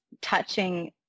touching